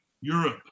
Europe